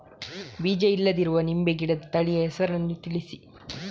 ಬೀಜ ಇಲ್ಲದಿರುವ ನಿಂಬೆ ಗಿಡದ ತಳಿಯ ಹೆಸರನ್ನು ತಿಳಿಸಿ?